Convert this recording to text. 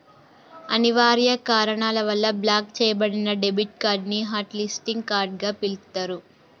అనివార్య కారణాల వల్ల బ్లాక్ చెయ్యబడిన డెబిట్ కార్డ్ ని హాట్ లిస్టింగ్ కార్డ్ గా పిలుత్తరు